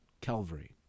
Calvary